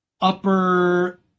upper